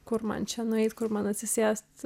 kur man čia nueit kur man atsisėst